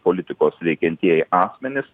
politikos veikiantieji akmenys